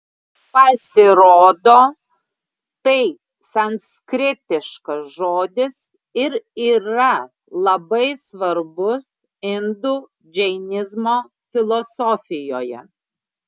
pasirodo tai sanskritiškas žodis ir yra labai svarbus indų džainizmo filosofijoje